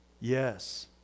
yes